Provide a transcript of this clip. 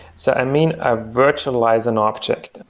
so i mean, i virtualize an object.